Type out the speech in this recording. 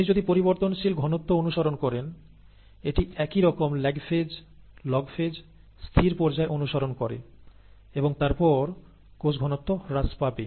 আপনি যদি পরিবর্তনশীল ঘনত্ব অনুসরণ করেন এটি একই রকম 'ল্যাগ ফেজ' 'লগ ফেজ' স্থির পর্যায়' অনুসরণ করে এবং তারপর কোষ ঘনত্ব হ্রাস পাবে